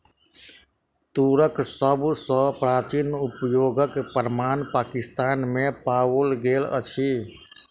तूरक सभ सॅ प्राचीन उपयोगक प्रमाण पाकिस्तान में पाओल गेल अछि